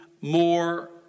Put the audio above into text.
more